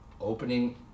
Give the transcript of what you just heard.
opening